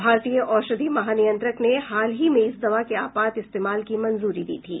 भारतीय औषधि महानियंत्रक ने हाल ही में इस दवा के आपात इस्तेमाल की मंजूरी दी थी